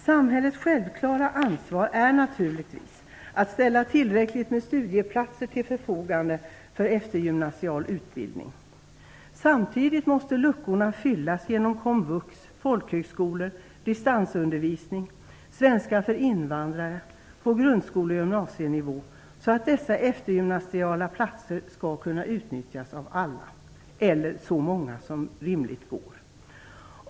Samhällets självklara ansvar är naturligtvis att ställa tillräckligt med studieplatser till förfogande för eftergymnasial utbildning. Samtidigt måste luckorna fyllas genom komvux, folkhögskolor, distansundervisning, svenska för invandrare på grundskole och gymnasienivå så att dessa eftergymnasiala platser skall kunna utnyttjas av alla, eller av så många som det rimligen går.